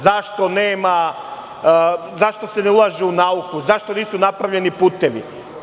Zašto se ne ulaže u nauku, zašto nisu napravljeni putevi?